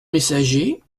messager